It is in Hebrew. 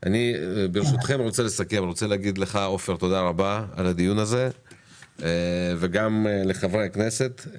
אני רוצה להגיד לך, עופר, וגם לחברי הכנסת,